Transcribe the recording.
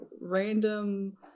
random